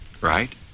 right